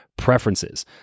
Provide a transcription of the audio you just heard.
Preferences